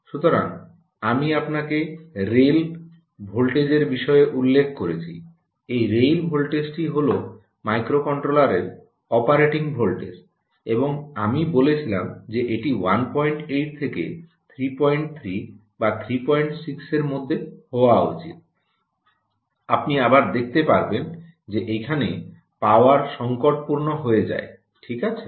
সুতরাং আমি আপনাকে রেল ভোল্টেজের বিষয়ে উল্লেখ করেছি এই রেল ভোল্টেজটি হল মাইক্রোকন্ট্রোলারের অপারেটিং ভোল্টেজ এবং আমি বলেছিলাম যে এটি 18 থেকে 33 বা 36 এর মধ্যে হওয়া উচিত আপনি আবার দেখতে পারবেন যে এখানে পাওয়ার সংকটপূর্ণ হয়ে যায় ঠিক আছে